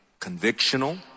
convictional